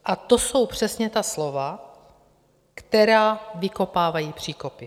A to jsou přesně ta slova, která vykopávají příkopy.